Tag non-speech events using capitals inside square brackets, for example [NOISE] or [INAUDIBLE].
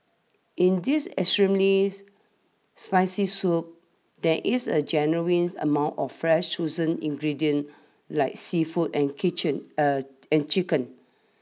in this extremely's spicy soup there is a genuine amount of fresh chosen ingredients like seafood and kitchen [HESITATION] and chicken